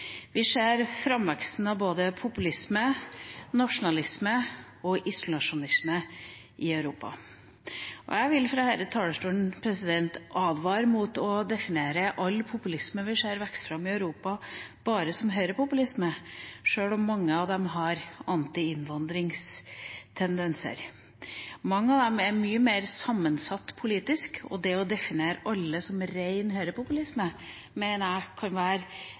Vi ser framveksten av både populisme, nasjonalisme og isolasjonisme i Europa. Jeg vil fra denne talerstolen advare mot å definere all populisme vi ser vokse fram i Europa, som høyrepopulisme, sjøl om mange av dem har anti-innvandringstendenser. Mange av dem er mye mer sammensatt politisk, og det å definere alt som ren høyrepopulisme mener jeg kan være